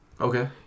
Okay